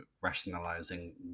rationalizing